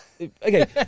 Okay